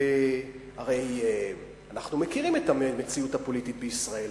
והרי אנחנו מכירים את המציאות הפוליטית בישראל.